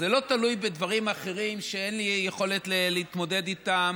זה לא תלוי בדברים אחרים שאין לי יכולת להתמודד איתם